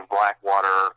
Blackwater